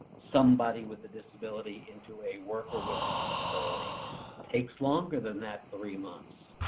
somebody with a disability into a worker with a disability takes longer than that three months.